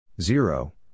Zero